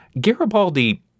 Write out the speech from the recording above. Garibaldi